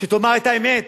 שתאמר את האמת